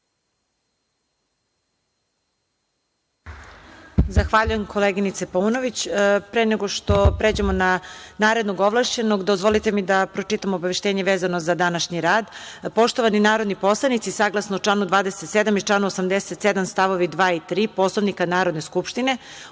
Zahvaljujem, koleginice Paunović. Pre nego što pređemo na narednog ovlašćenog, dozvolite mi da pročitam obaveštenje vezano za današnji rad. Poštovani narodni poslanici, saglasno članu 27. i članu 87. st. 2. i 3. Poslovnika Narodne skupštine,